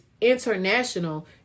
international